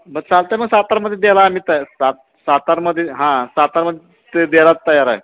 मग चालते ना सातारामध्ये द्यायला आम्ही तया सात सातारामध्ये हां सातारम ते द्यायला तयार आहे